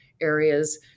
areas